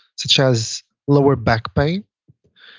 such as lower back pain.